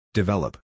develop